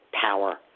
power